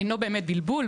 אינו באמת בלבול,